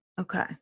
Okay